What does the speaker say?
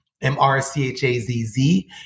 M-R-C-H-A-Z-Z